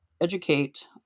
educate